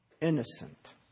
innocent